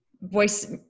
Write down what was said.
voice